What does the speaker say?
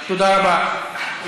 תודה רבה.